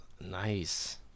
Nice